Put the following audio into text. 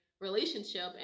relationship